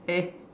hey